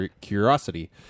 curiosity